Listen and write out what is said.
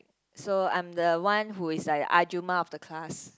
so I'm the one who is like the ahjumma of the class